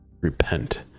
Repent